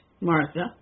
martha